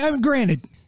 Granted